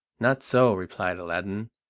not so, replied aladdin,